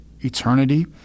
eternity